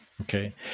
Okay